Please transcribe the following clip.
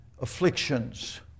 Afflictions